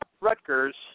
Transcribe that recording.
Rutgers